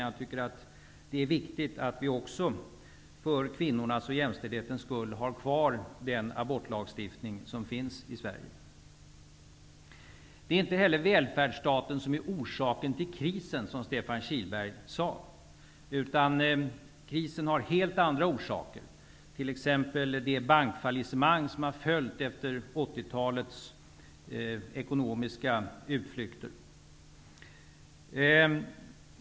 Jag tycker att det är viktigt att vi också för kvinnornas och jämställdhetens skull har kvar den abortlagstiftning som finns i Sverige. Det är inte heller välfärdsstaten som är orsaken till krisen, som Stefan Kihlberg påstod. Krisen har helt andra orsaker, t.ex. de bankfallissemang som har följt efter 1980-talets ekonomiska utflyk ter.